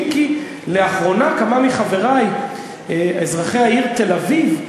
אם כי לאחרונה כמה מחברי אזרחי העיר תל-אביב,